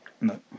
No